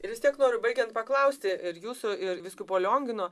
ir vis tiek noriu baigiant paklausti ir jūsų ir vyskupo liongino